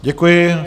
Děkuji.